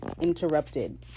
interrupted